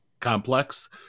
complex